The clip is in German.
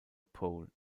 pole